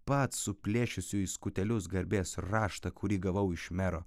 pats suplėšysiu į skutelius garbės raštą kurį gavau iš mero